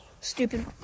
stupid